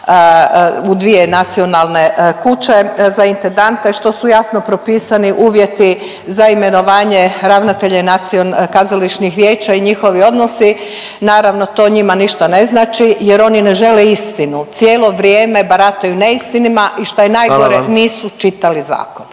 u dvije nacionalne kuće za intendante što su jasno propisani uvjeti za imenovanje ravnatelja kazališnih vijeća i njihovi odnosi. Naravno to njima ništa ne znači jer oni ne žele istinu, cijelo vrijeme barataju neistinama i …/Upadica predsjednik: